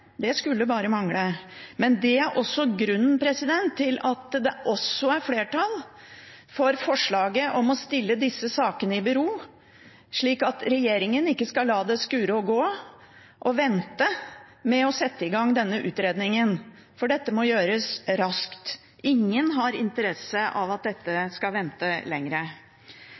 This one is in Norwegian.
det skulle bare mangle. Men det er også grunnen til at det er flertall for forslaget om å stille disse sakene i bero, slik at regjeringen ikke skal la det skure og gå og vente med å sette i gang denne utredningen – for dette må gjøres raskt. Ingen har interesse av at dette skal vente